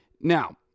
Now